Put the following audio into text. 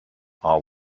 are